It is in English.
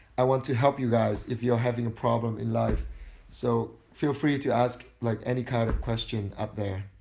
i want to help you guys if you are having a problem in life so feel free to ask like any kind of question up there.